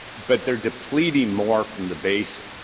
but they're depleting more from the basin,